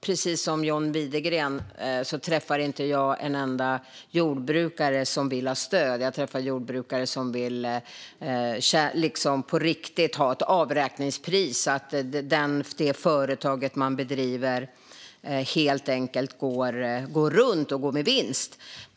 Precis som John Widegren träffar jag inte en enda jordbrukare som vill ha stöd. Jag träffar jordbrukare som på riktigt vill ha ett avräkningspris så att det företag man driver helt enkelt går runt och går med vinst.